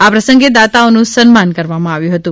આ પ્રસંગે દાતાઓનુ સન્માન કરવામાં આવ્યુ હતુ